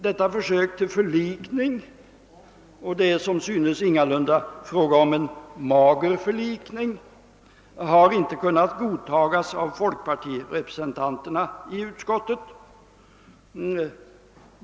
Detta försök till förlikning — det är som synes ingalunda fråga om en mager förlikning — har inte kunnat godtagas av folkpartirepresentanterna i utskottet.